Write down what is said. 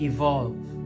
Evolve